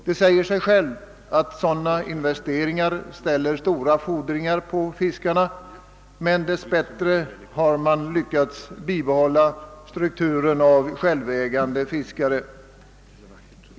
Det säger sig självt att sådana investeringar ställer stora fordringar på fiskarna, men dess bättre har man ändå lyckats bibehålla strukturen av självägande fiskare.